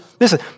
Listen